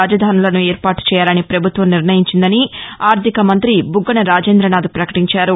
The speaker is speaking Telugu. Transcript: రాజధానులను ఏర్పాటు చేయాలని ప్రభుత్వం నిర్ణయించిందని అర్దికమంతి బుగ్గన రాజేంద్రదనాథ్ ప్రకటించారు